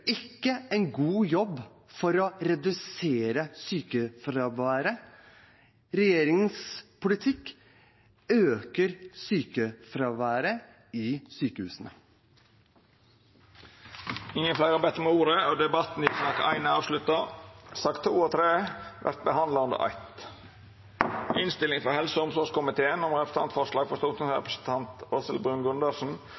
ikke en god jobb for å redusere sykefraværet. Regjeringens politikk øker sykefraværet i sykehusene. Fleire har ikkje bedt om ordet til sak nr. 1. Sakene nr. 2 og 3 vert behandla under eitt. Etter ynske frå helse- og omsorgskomiteen